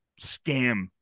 scam